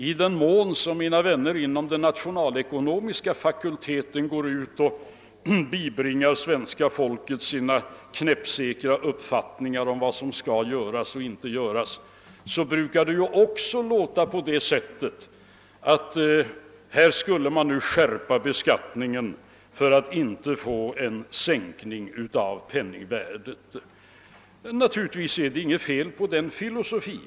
I den mån som mina vänner inom den nationalekonomiska fakulteten går ut och bibringar svenska folket sina knäppsäkra uppfattningar om vad som skall göras och inte göras brukar det också låta på det sättet: Här borde man skärpa beskattningen för att inte få en sänkning av penningvärdet. Naturligtvis är det inte något fel på en sådan filosofi.